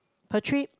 per trip